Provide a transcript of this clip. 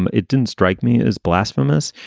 and it didn't strike me as blasphemous,